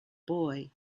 boy